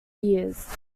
years